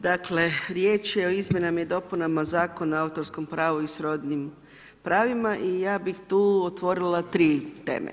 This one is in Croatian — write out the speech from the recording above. Dakle riječ je o izmjenama i dopunama Zakona o autorskom pravu i srodnim pravima i ja bih tu otvorila tri teme.